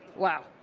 wow.